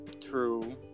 True